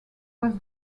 was